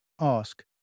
ask